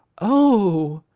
oh!